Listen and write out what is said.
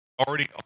Already